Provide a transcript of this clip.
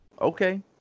Okay